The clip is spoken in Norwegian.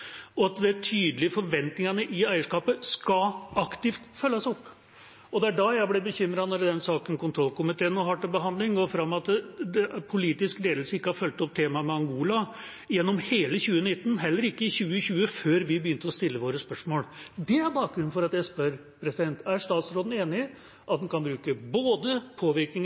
og at de tydelige forventningene i eierskapet aktivt skal følges opp. Det er da jeg blir bekymret, når det i den saken kontrollkomiteen nå har til behandling, går fram at politisk ledelse ikke har fulgt opp temaet med Angola gjennom hele 2019, og heller ikke i 2020, før vi begynte å stille våre spørsmål. Det er bakgrunnen for at jeg spør: Er statsråden enig i både at en kan bruke